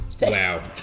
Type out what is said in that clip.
Wow